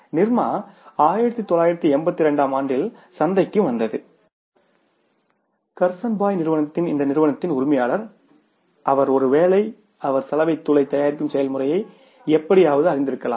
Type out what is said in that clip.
நிர்மா 1982 ஆம் ஆண்டில் சந்தைக்கு வந்தது கர்சன் பாய் நிறுவனத்தின் இந்த நிறுவனத்தின் உரிமையாளர் அவர் ஒருவேளை அவர் சலவை தூளை தயாரிக்கும் செயல்முறையை எப்படியாவது அறிந்திருக்கலாம்